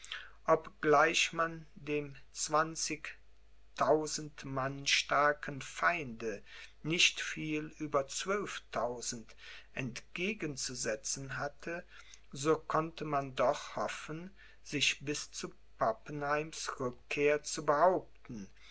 obgleich man dem zwanzigtausend mann starken feinde nicht viel über zwölftausend entgegenzusetzen hatte so konnte man doch hoffen sich bis zu pappenheims rückkehr zu behaupten